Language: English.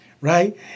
Right